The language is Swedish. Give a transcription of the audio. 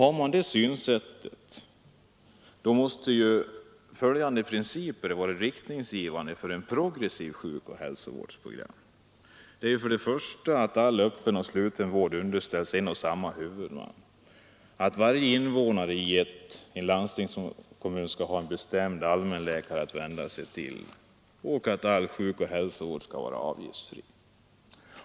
Har man det synsättet måste följande principer vara riktningsgivande för en progressiv sjukoch hälsovård, nämligen 2. att varje invånare i en landstingskommun skall ha en bestämd allmänläkare att vända sig till, och 3. att all sjukoch hälsovård skall vara avgiftsfri.